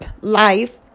life